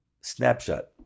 snapshot